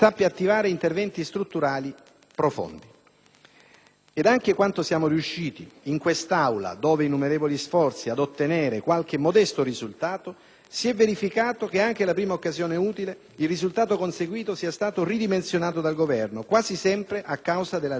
Anche quando siamo riusciti in questa Aula, dopo innumerevoli sforzi, ad ottenere qualche modesto risultato, si è verificato che alla prima occasione utile il risultato conseguito sia stato ridimensionato dal Governo, quasi sempre a causa della riduzione dell'originaria copertura finanziaria.